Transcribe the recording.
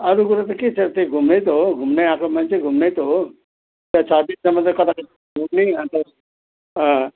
अरू कुरो त के छ त्यही घुम्न त हो घुम्नु आएको मान्छे घुम्न त हो त्यही छ दिनसम्म चाहिँ कता कता घुम्ने अन्त